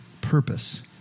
purpose